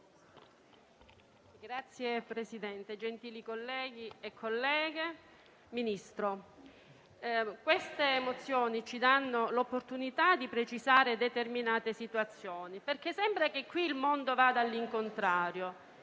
Signor Presidente, gentili colleghi e colleghe, Ministro, le mozioni in esame ci danno l'opportunità di precisare determinate situazioni, perché sembra che qui il mondo vada all'incontrario.